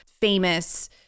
famous